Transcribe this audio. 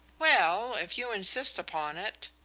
well, if you insist upon it.